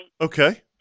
Okay